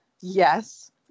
Yes